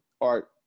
art